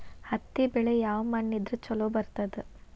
ಹತ್ತಿ ಬೆಳಿ ಯಾವ ಮಣ್ಣ ಇದ್ರ ಛಲೋ ಬರ್ತದ?